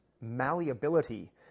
malleability